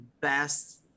best